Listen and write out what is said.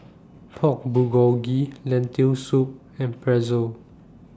Pork Bulgogi Lentil Soup and Pretzel